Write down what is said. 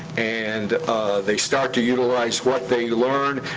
and they start to utilize what they learn,